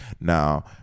now